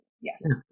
yes